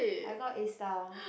I got A star